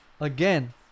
again